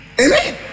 Amen